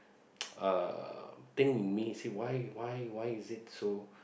uh thing in me say why why why is it so